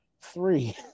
Three